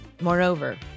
Moreover